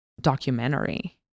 documentary